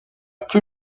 plus